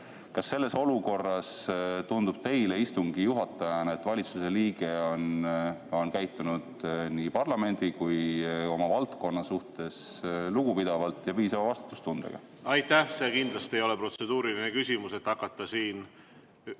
kas selles olukorras tundub teile istungi juhatajana, et valitsuse liige on käitunud nii parlamendi kui ka oma valdkonna suhtes lugupidavalt ja piisava vastutustundega? Aitäh! See kindlasti ei ole protseduurilise küsimuse teema hakata siin inimese